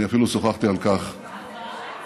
אני אפילו שוחחתי על כך, אולי תענה לעניין?